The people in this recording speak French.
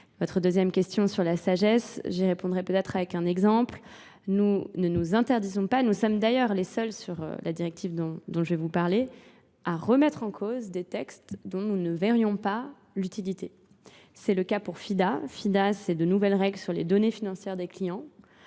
Votre deuxième question sur la sagesse, j'y répondrai peut-être avec un exemple. Nous ne nous interdisons pas, nous sommes d'ailleurs les seuls sur la directive dont je vais vous parler, à remettre en cause des textes dont nous ne verrions pas l'utilité. C'est le cas pour FIDA. FIDA c'est de nouvelles règles sur les données financières des clients.